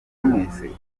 mwese